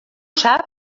sap